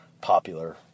popular